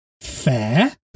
Fair